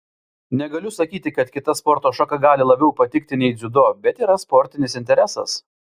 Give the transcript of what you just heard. negaliu sakyti kad kita sporto šaka gali labiau patikti nei dziudo bet yra sportinis interesas